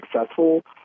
successful